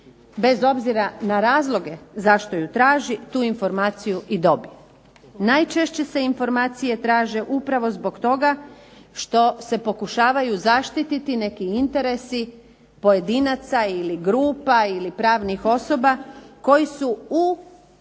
bez obzira na razloge zašto je traži, tu informaciju i dobije. Najčešće se informacije traže upravo zbog toga što se pokušavaju zaštiti neki interesi pojedinaca ili grupa ili pravnih osoba koji su u